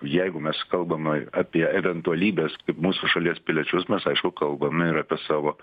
jeigu mes kalbame apie eventualybės kaip mūsų šalies piliečius mes aišku kalbame ir apie savo